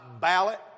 ballot